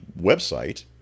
website